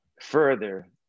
further